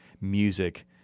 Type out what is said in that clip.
music